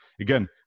Again